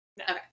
Okay